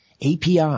API